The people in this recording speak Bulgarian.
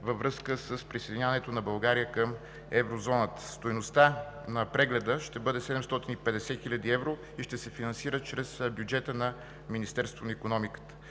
във връзка с присъединяването на България към еврозоната. Стойността на прегледа ще бъде 750 хил. евро и ще се финансира чрез бюджета на Министерството на икономиката.